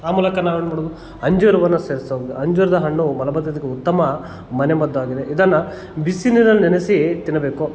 ಆ ಮೂಲಕ ನಾವು ಏನು ಮಾಡಬೇಕು ಅಂಜೂರವನ್ನು ಸೇವಿಸ್ತಾ ಹೋಗಬೇಕು ಅಂಜೂರದ ಹಣ್ಣು ಮಲಬದ್ಧತೆಗೆ ಉತ್ತಮ ಮನೆ ಮದ್ದಾಗಿದೆ ಇದನ್ನು ಬಿಸಿ ನೀರಲ್ಲಿ ನೆನೆಸಿ ತಿನ್ನಬೇಕು